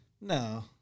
No